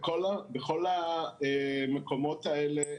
בכל המקומות האלה,